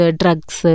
drugs